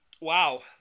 wow